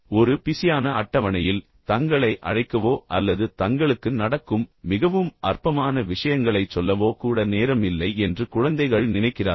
ஒரு பிஸியான அட்டவணையில் தங்களை அழைக்கவோ அல்லது தங்களுக்கு நடக்கும் மிகவும் அற்பமான விஷயங்களைச் சொல்லவோ கூட நேரம் இல்லை என்று குழந்தைகள் நினைக்கிறார்கள்